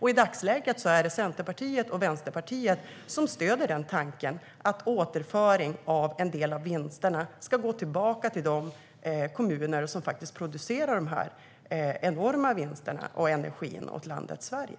I dagsläget är det Centerpartiet och Vänsterpartiet som stöder tanken att återföring av en del av vinsterna till de kommuner som faktiskt producerar de enorma vinsterna och energin åt landet Sverige.